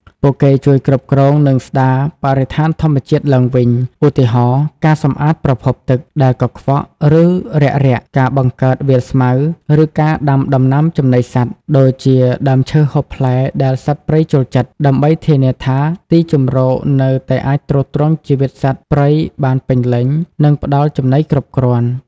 ពួកគេជួយគ្រប់គ្រង និងស្ដារបរិស្ថានធម្មជាតិឡើងវិញ ឧទាហរណ៍ ការ សម្អាតប្រភពទឹក ដែលកខ្វក់ ឬរាក់រាក់ ការបង្កើតវាលស្មៅ ឬការដាំដំណាំចំណីសត្វ ដូចជាដើមឈើហូបផ្លែដែលសត្វព្រៃចូលចិត្ត ដើម្បីធានាថាទីជម្រកនៅតែអាចទ្រទ្រង់ជីវិតសត្វព្រៃបានពេញលេញ និងផ្ដល់ចំណីគ្រប់គ្រាន់។